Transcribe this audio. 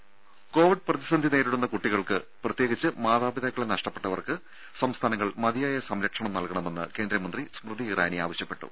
ദേദ കോവിഡ് പ്രതിസന്ധി നേരിടുന്ന കുട്ടികൾക്ക് പ്രത്യേകിച്ച് മാതാപിതാക്കളെ നഷ്ടപ്പെട്ടവർക്ക് സംസ്ഥാനങ്ങൾ മതിയായ സംരക്ഷണം നൽകണമെന്ന് കേന്ദ്രമന്ത്രി സ്മൃതി ഇറാനി ആവശ്യപ്പെട്ടു